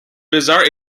bizarre